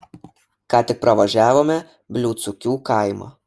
ką tik pravažiavome bliūdsukių kaimą